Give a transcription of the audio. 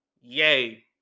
Yay